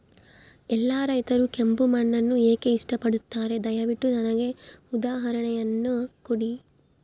ಎಲ್ಲಾ ರೈತರು ಕೆಂಪು ಮಣ್ಣನ್ನು ಏಕೆ ಇಷ್ಟಪಡುತ್ತಾರೆ ದಯವಿಟ್ಟು ನನಗೆ ಉದಾಹರಣೆಯನ್ನ ಕೊಡಿ?